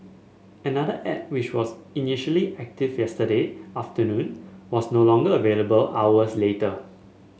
another ad which was initially active yesterday afternoon was no longer available hours later